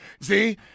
see